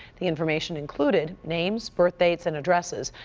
the information included names, birth dates and addresses.